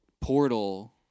portal